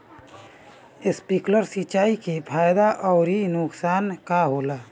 Sprinkler सिंचाई से फायदा अउर नुकसान का होला?